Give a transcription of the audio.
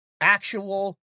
actual